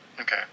Okay